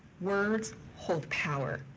words hold power,